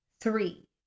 three